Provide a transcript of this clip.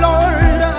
Lord